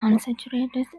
unsaturated